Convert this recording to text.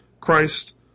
Christ